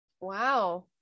Wow